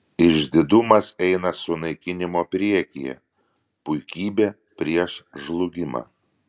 išdidumas eina sunaikinimo priekyje puikybė prieš žlugimą